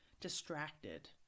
distracted